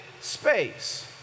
space